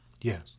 Yes